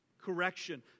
Correction